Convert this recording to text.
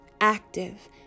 active